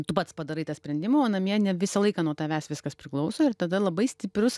tu pats padarai tą sprendimą o namie ne visą laiką nuo tavęs viskas priklauso ir tada labai stiprius